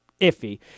iffy